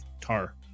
tar